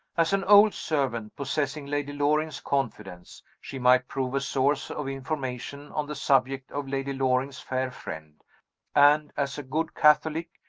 as an old servant, possessing lady loring's confidence, she might prove a source of information on the subject of lady loring's fair friend and, as a good catholic,